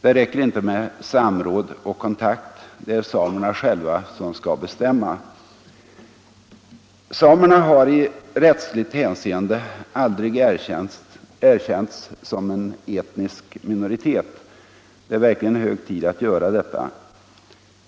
Det räcker inte med ”samråd” och ”kontakt”. Det är samerna själva som skall bestämma. Samerna har i rättsligt hänseende aldrig erkänts som en etnisk minoritet. Det är verkligen hög tid att detta sker.